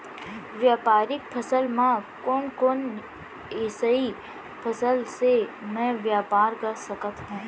व्यापारिक फसल म कोन कोन एसई फसल से मैं व्यापार कर सकत हो?